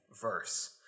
verse